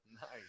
Nice